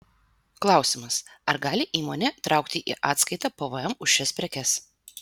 klausimas ar gali įmonė traukti į atskaitą pvm už šias prekes